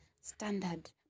standard